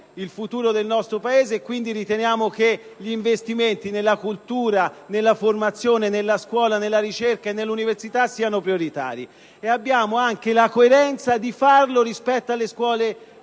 il futuro del nostro Paese. Quindi riteniamo che gli investimenti nella cultura, nella formazione, nella scuola, nella ricerca e nell'università siano prioritari. E abbiamo la coerenza di farlo anche rispetto alle scuole